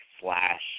slash